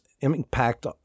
impact